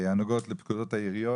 הנוגעות לפקודות העיריות,